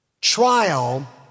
trial